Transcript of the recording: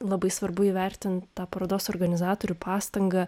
labai svarbu įvertint tą parodos organizatorių pastangą